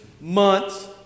months